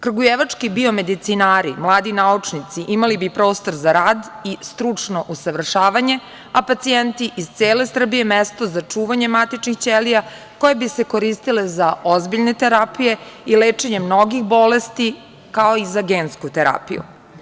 Kragujevački biomedicinari, mladi naučnici imali bi prostor za rad i stručno usavršavanje, a pacijenti iz cele Srbije mesto za čuvanje matičnih ćelija koje bi se koristile za ozbiljne terapije i lečenje mnogih bolesti, kao i za gensku terapiju.